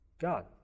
God